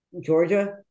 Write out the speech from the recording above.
Georgia